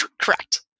Correct